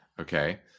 okay